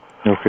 Okay